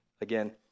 Again